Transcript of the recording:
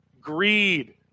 greed